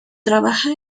trabaja